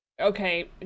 Okay